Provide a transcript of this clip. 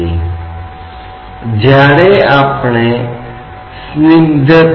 अब हम इसे और अधिक औपचारिक रूप से देखेंगे